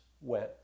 went